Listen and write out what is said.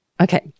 Okay